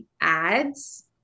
ads